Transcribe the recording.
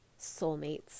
soulmates